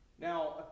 Now